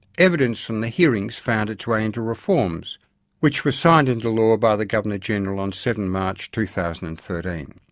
evidence from the hearings found its way into reforms which were signed into law by the governor general on seven march two thousand and thirteen.